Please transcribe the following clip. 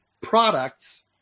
products